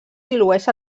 dilueix